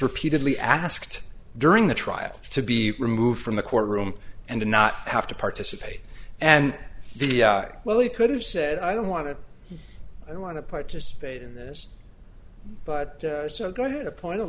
repeatedly asked during the trial to be removed from the courtroom and to not have to participate and well he could have said i don't want to i don't want to participate in this but so go ahead appoint